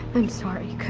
i'm sorry,